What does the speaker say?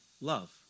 love